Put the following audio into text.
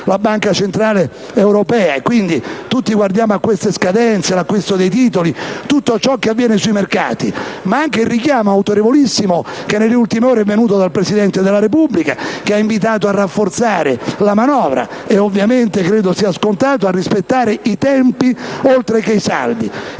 la Banca centrale europea (tutti guardiamo a questa scadenza, all'acquisto dei titoli e a tutto ciò che avviene sui mercati), c'è stato il richiamo autorevolissimo che nelle ultime ore è venuto dal Presidente della Repubblica che ha invitato a rafforzare la manovra e ovviamente - credo sia scontato - a rispettare i tempi, oltre che i saldi;